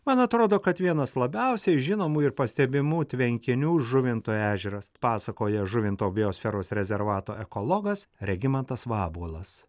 man atrodo kad vienas labiausiai žinomų ir pastebimų tvenkinių žuvinto ežeras pasakoja žuvinto biosferos rezervato ekologas regimantas vabuolas